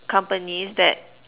companies that